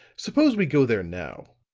suppose we go there now.